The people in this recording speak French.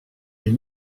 des